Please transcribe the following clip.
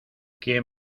quien